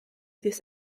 this